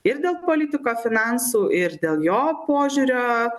ir dėl politiko finansų ir dėl jo požiūrio